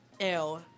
ew